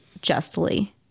justly